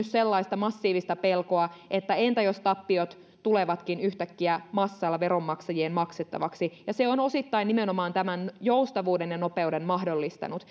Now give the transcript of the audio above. sellaista massiivista pelkoa että entä jos tappiot tulevatkin yhtäkkiä massalla veronmaksajien maksettavaksi ja se on osittain nimenomaan tämän joustavuuden ja nopeuden mahdollistanut